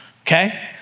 okay